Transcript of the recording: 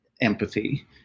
empathy